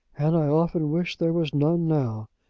and i often wish there was none now,